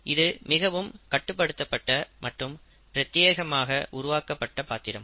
இது மிகவும் கட்டுப்படுத்தப்பட்ட மற்றும் பிரத்தியேகமாக உருவாக்கப்பட்ட பாத்திரம்